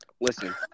Listen